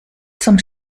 zum